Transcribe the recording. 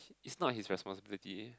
it's not his responsibility